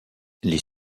les